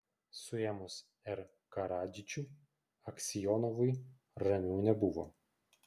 suėmus r karadžičių aksionovui ramiau nebuvo